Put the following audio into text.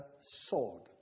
soared